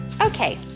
Okay